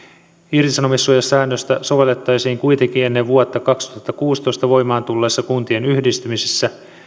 irtisanomissuojasäännöstä sovellettaisiin kuitenkin ennen vuotta kaksituhattakuusitoista voimaan tulleissa kuntien yhdistymisissä